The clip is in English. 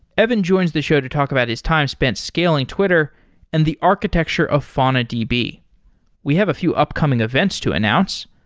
evan joins the show to talk about his time spent scaling twitter and the architecture of faunadb. we have a few upcoming events to announce.